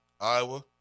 Iowa